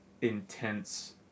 intense